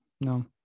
No